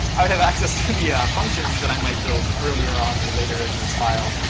i would have access to the functions that i might build earlier on or later in this file,